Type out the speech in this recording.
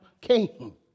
king